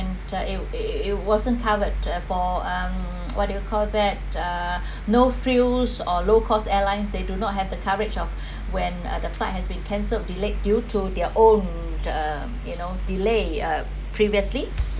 and it it wasn't covered uh for um what do you call that uh no fuels or low cost airlines they do not have the coverage of when the flight has been cancelled delayed due to their own uh you know delay uh previously